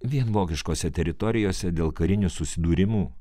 vien vokiškose teritorijose dėl karinių susidūrimų